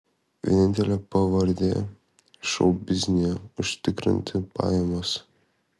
vienintelė pavardė šou biznyje užtikrinanti pajamas